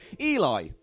Eli